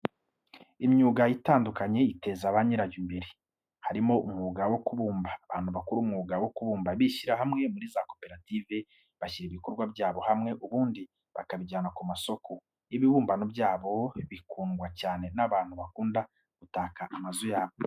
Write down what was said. Imyuga itandukanye iteza ba nyirawo imbere, harimo umwuga wo kubumba. Abantu bakora umwuga wo kubumba bishyira hamwe muri za koperative, bashyira ibikorwa byabo hamwe ubundi bakabijyana ku masoko. Ibibumbano byabo bikundwa cyane n'abantu bakunda gutaka amazu yabo.